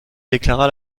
déclara